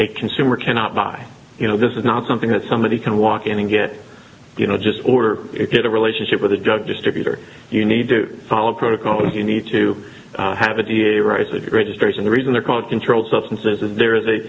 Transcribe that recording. a consumer cannot buy you know this is not something that somebody can walk in and get you know just order it a relationship with a drug distributor you need to follow protocol and you need to have a d a rice at your registration the reason they're called controlled substances is there is a